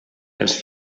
els